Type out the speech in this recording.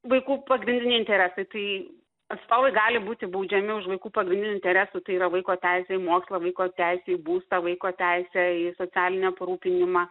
vaikų pagrindiniai interesai tai atstovai gali būti baudžiami už vaikų pagrindinių interesų tai yra vaiko teisė į mokslą vaiko teisė į būstą vaiko teisė į socialinį aprūpinimą